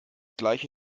gleiche